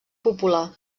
popular